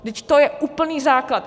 Vždyť to je úplný základ!